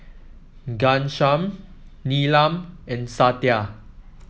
Ghanshyam Neelam and Satya